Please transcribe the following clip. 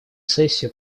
сессию